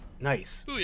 Nice